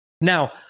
Now